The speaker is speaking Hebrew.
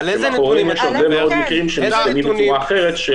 כשמאחוריהם יש הרבה מאוד מקרים שמסתיימים בצורה אחרת,